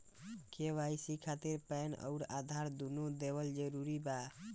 KYC खातिर PAN आउर आधार दुनों देवल जरूरी बा?